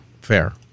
fair